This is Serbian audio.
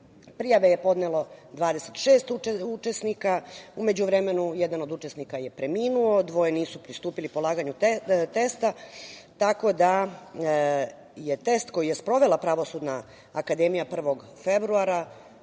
Prijave je podnelo 26 učesnika. U međuvremenu jedan od učesnika je preminuo, dvoje nisu pristupili polaganju testa, tako da je test koji je sprovela Pravosudna akademija 1. februara,